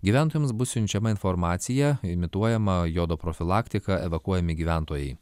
gyventojams bus siunčiama informacija imituojama jodo profilaktika evakuojami gyventojai